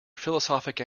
philosophic